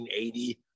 1980